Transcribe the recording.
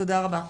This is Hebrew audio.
תודה רבה.